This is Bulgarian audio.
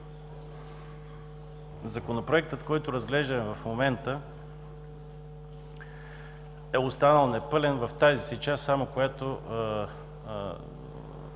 Законопроектът, който разглеждаме в момента, е останал непълен в тази си част, която